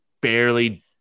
barely